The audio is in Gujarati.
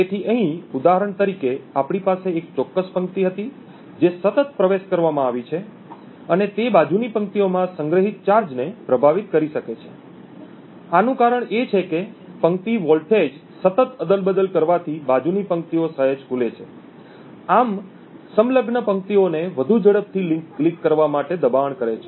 તેથી અહીં ઉદાહરણ તરીકે આપણી પાસે એક ચોક્કસ પંક્તિ હતી જે સતત પ્રવેશ કરવામાં આવી છે અને તે બાજુની પંક્તિઓમાં સંગ્રહિત ચાર્જને પ્રભાવિત કરી શકે છે આનું કારણ એ છે કે પંક્તિ વોલ્ટેજ સતત અદલ બદલ કરવાથી બાજુની પંક્તિઓ સહેજ ખુલે છે આમ સંલગ્ન પંક્તિઓને વધુ ઝડપથી લિક કરવા માટે દબાણ કરે છે